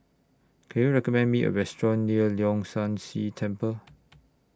Can YOU recommend Me A Restaurant near Leong San See Temple